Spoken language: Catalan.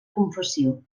confessió